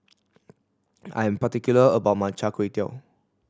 I'm particular about my chai kuay tow